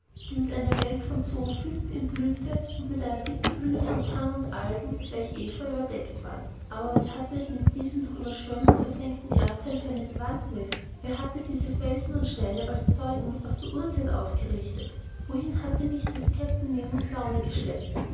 die mit einer welt von zoophyten in blüthe und mit einer dicken hülle von tang und algen gleich epheu überdeckt waren aber was hatte es mit diesem durch ueberschwemmung versenkten erdtheil für eine bewandtniß wer hatte diese felsen und steine als zeugen aus der urzeit aufgerichtet wohin hatte mich des kapitäns nemo laune geschleppt